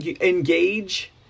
engage